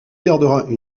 gardera